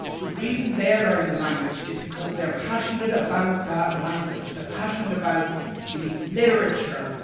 the reason they're learning the language is because they're passionate about that language, they're passionate about the literature,